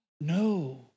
No